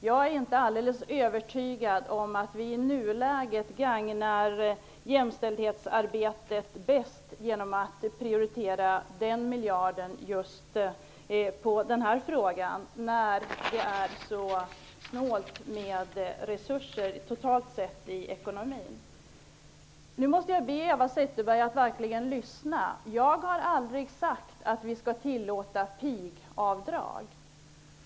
Jag är inte alldeles övertygad om att vi i nuläget gagnar jämställdhetsarbetet bäst genom att prioritera en miljard just på den frågan, när det är så snålt med resurser totalt sett i ekonomin. Jag måste be Eva Zetterberg att verkligen lyssna. Jag har aldrig sagt att vi skall tillåta pigavdrag.